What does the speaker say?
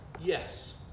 yes